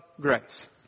grace